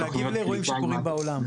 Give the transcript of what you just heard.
או להגיב לאירועים שקורים בעולם.